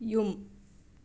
ꯌꯨꯝ